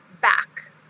back